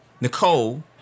Nicole